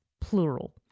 plural